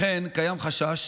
לכן קיים חשש